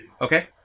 Okay